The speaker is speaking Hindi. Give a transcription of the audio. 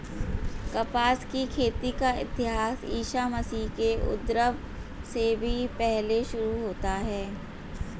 कपास की खेती का इतिहास ईसा मसीह के उद्भव से भी पहले शुरू होता है